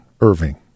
irving